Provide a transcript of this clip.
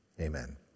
amen